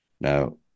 Now